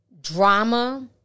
drama